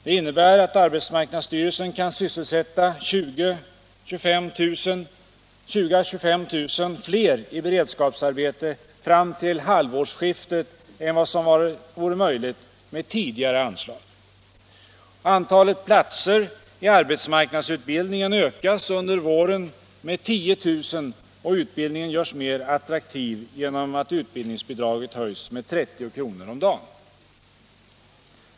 Det innebär att arbetsmarknadsstyrelsen kan sysselsätta 20 000-25 000 fler i beredskapsarbete fram till halvårsskiftet än vad som vore möjligt med tidigare anslag. Antalet platser i arbetsmarknadsutbildningen ökar under våren med 10 000 och utbildningen görs mer attraktiv genom att utbildningsbidraget höjs med 30 kr. om dagen.